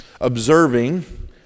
observing